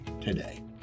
today